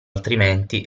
altrimenti